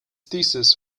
thesis